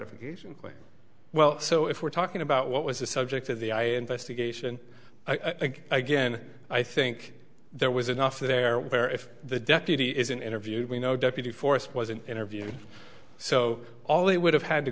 of well so if we're talking about what was the subject of the i investigation i think again i think there was enough there where if the deputy isn't interviewed we know deputy force was an interview so all they would have had to